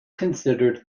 considered